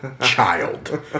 Child